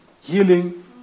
healing